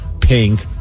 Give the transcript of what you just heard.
pink